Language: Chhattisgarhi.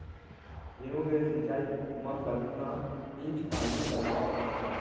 गेहूँ के सिंचाई मा कतना इंच पानी लगाए पड़थे?